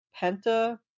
Penta